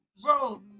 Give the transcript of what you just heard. bro